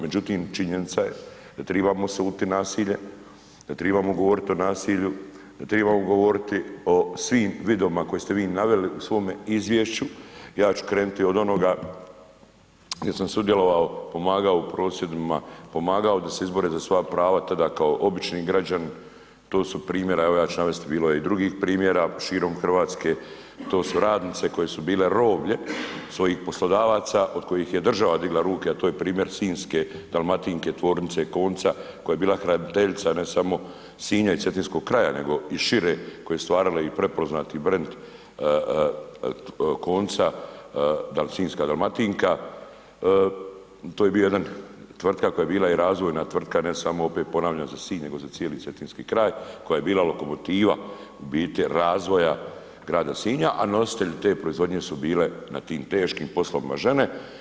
Međutim, činjenica je da tribamo se … [[Govornik se ne razumije]] nasilje, da tribamo govorit o nasilju, da tribamo govoriti o svim vidovima koje ste vi naveli u svome izvješću, ja ću krenuti od onoga gdje sam sudjelovao, pomagao u prosvjedima, pomagao da se izbore za svoja prava, te da kao obični građanin, to su primjeri evo ja ću navesti bilo je i drugih primjera širom Hrvatske, to su radnice koje su bile roblje svojih poslodavaca od kojih je država digla ruke, a to je primjer sinjske Dalmatinke, tvornice konca koja je bila hraniteljica ne samo Sinja i Cetinskog kraja nego i šire, koja je stvarala i prepoznati brend konca, sinjska dalmatinka, to je bio jedan tvrtka koja je bila i razvojna tvrtka ne samo opet ponavljan za Sinj, nego za cijeli Cetinski kraj koja je bila lokomotiva u biti razvoja grada Sinja, a nositelj te proizvodnje su bile na tim teškim poslovima žene.